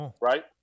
Right